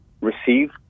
receive